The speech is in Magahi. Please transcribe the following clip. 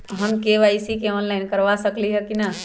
हम के.वाई.सी ऑनलाइन करवा सकली ह कि न?